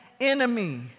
enemy